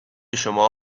شما